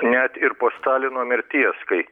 net ir po stalino mirties kai